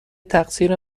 تقصیر